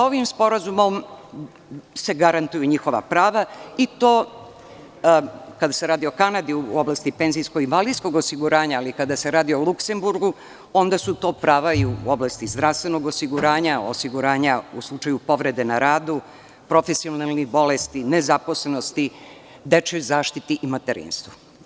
Ovim sporazumom se garantuju njihova prava, i to kada se radi o Kanadi u oblasti penzijsko-invalidskog osiguranja, ali kada se radi o Luksemburgu, onda su to prava u oblasti zdravstvenog osiguranja, osiguranja u slučaju povrede na radu, profesionalnih bolesti, nezaposlenosti, dečijoj zaštiti i materinstvu.